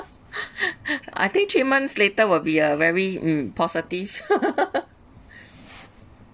I think three months later will be a very mm positive